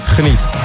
Geniet